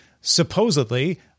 supposedly